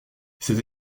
ses